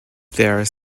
their